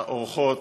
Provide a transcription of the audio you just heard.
האורחות,